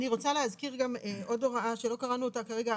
אני רוצה להזכיר עוד הוראה, שלא קראנו כרגע.